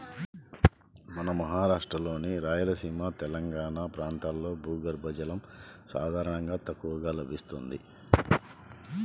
మన రాష్ట్రంలోని రాయలసీమ, తెలంగాణా ప్రాంతాల్లో భూగర్భ జలం సాధారణంగా తక్కువగా లభిస్తుంది